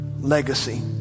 legacy